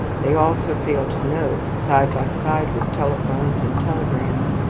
they also fail to note that, side by side with telephones and telegrams,